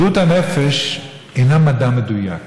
בריאות הנפש אינה מדע מדויק.